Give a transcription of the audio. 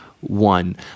one